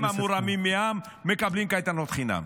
-- הם, המורמים מעם, מקבלים קייטנות חינם.